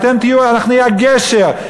אנחנו נהיה הגשר.